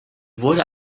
wurde